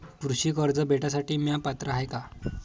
कृषी कर्ज भेटासाठी म्या पात्र हाय का?